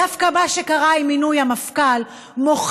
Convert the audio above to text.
דווקא מה שקרה עם מינוי המפכ"ל מוכיח